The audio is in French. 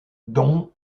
dont